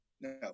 no